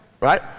right